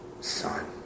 son